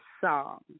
song